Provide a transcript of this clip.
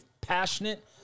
passionate